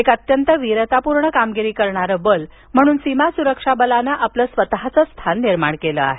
एक अत्यंत वीरतापूर्ण कामगिरी करणारं बल म्हणून सीमा सुरक्षा बलानं आपलं स्वतःचं स्थान निर्माण केलं आहे